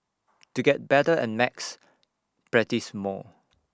to get better at maths practise more